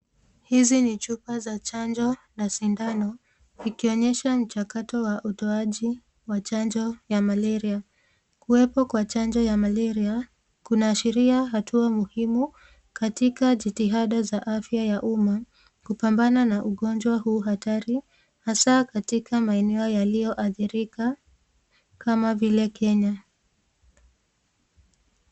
Hizi ni chupa za chanjo ,na sindano ikionyesha mchakato wa utoaji wa chanjo ya malaria. Kuwepo kwa chanjo ya malaria kunaashilia hatua muhimu katika jitihada za afya ya umma kupambana na ungonjwa huu Hatari, hasaa katika maeneo yaliyo adhirika kama vile Kenya.